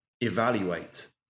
evaluate